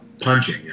punching